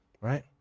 right